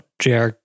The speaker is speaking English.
JR